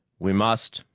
we must,